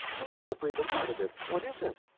i will never breathe a word of it. what is it?